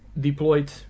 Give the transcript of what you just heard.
deployed